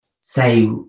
say